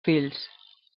fills